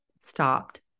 stopped